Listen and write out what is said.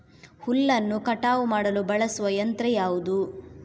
ಹುಲ್ಲನ್ನು ಕಟಾವು ಮಾಡಲು ಬಳಸುವ ಯಂತ್ರ ಯಾವುದು?